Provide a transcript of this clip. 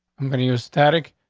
i'm going to use static.